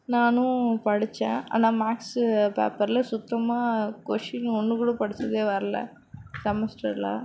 நானும் படித்தேன் ஆனால் மேக்சு பேப்பரில் சுத்தமாக கொஸ்ஷன் ஒன்று கூட படித்ததே வரல செமஸ்டரில்